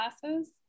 classes